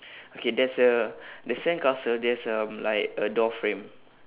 okay there's a the sandcastle there's um like a door frame